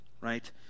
right